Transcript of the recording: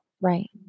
Right